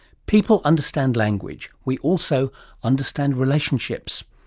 people understand language. we also understand relationships.